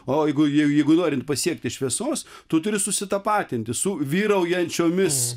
o jeigu jeigu norint pasiekti šviesos tu turi susitapatinti su vyraujančiomis